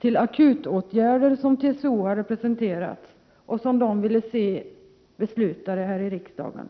till akutåtgärder som TCO hade presenterat och ville se beslut om här i riksdagen.